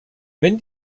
wenn